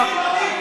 להצבעה.